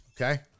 Okay